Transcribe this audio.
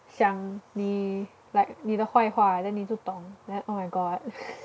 想你 like 你的坏话 then 你就懂 then oh my god